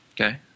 Okay